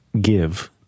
give